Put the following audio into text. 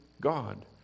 God